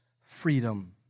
freedom